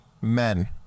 men